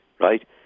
right